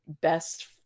best